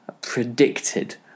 predicted